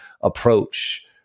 approach